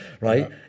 right